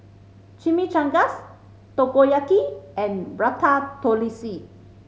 Chimichangas Takoyaki and Ratatouille